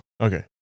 Okay